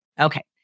Okay